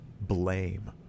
blame